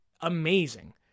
amazing